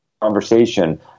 conversation